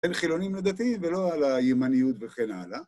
בין חילונים לדתיים ולא על הימניות וכן הלאה.